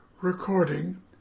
recording